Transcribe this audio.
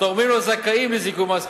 התורמים לו זכאים לזיכוי מס,